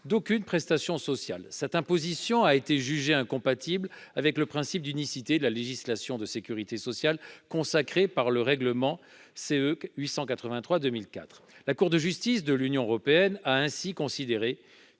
d'aucune prestation sociale. Cette imposition a été jugée incompatible avec le principe d'unicité de la législation de sécurité sociale consacré par le règlement (CE) n° 883/2004. La Cour de justice de l'Union européenne (CJUE) a ainsi considéré